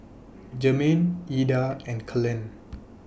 Germaine Eda and Kellan